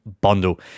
bundle